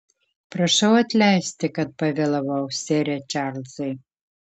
prašau atleisti kad pavėlavau sere čarlzai